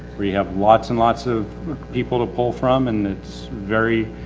we have lots and lots of people to pull from and it's very,